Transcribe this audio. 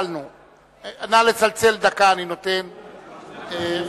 נא לצלצל, אני נותן דקה.